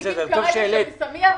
הם הנציגים שנמצאים כאן כרגע.